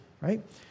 right